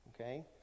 okay